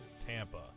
TAMPA